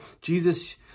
Jesus